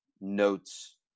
notes